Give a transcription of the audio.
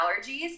allergies